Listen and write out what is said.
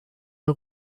der